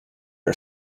are